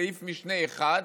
סעיף משנה (1),